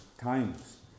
times